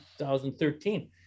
2013